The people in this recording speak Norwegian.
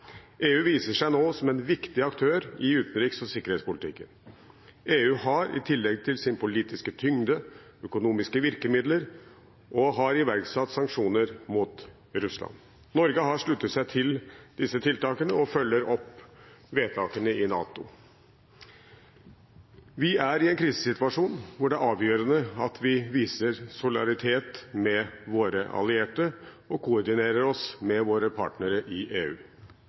EU viser seg nå som en viktig aktør i utenriks- og sikkerhetspolitikken. EU har i tillegg til sin politiske tyngde økonomiske virkemidler og har iverksatt sanksjoner mot Russland. Norge har sluttet seg til disse tiltakene og følger opp vedtakene i NATO. Vi er i en krisesituasjon hvor det er avgjørende at vi viser solidaritet med våre allierte og koordinerer oss med våre partnere i EU.